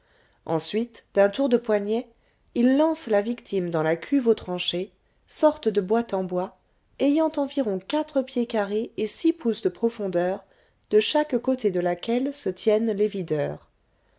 ensuite d'un tour de poignet il lance la victime dans la cuve aux tranchés sorte de boîte en bois ayant environ quatre pieds carrés et six pouces de profondeur de chaque côté de laquelle se tiennent les videurs